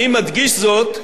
אני מדגיש זאת,